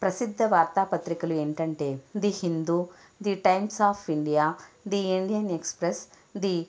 ప్రసిద్ధ వార్తాపత్రికలు ఏంటంటే the Hindu the Times of India the Indian Express the